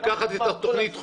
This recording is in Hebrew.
לקחת את תוכנית החומש,